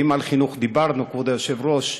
ואם על חינוך דיברנו, כבוד היושב-ראש,